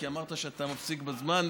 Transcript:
כי אמרת שאתה מפסיק בזמן,